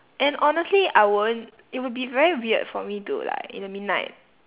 and honestly I won't it would be very weird for me to like in the midnight